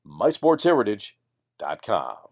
MySportsHeritage.com